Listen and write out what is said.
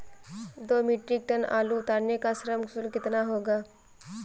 दो metric tonne आलू उतारने का श्रम शुल्क कितना होगा?